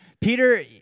Peter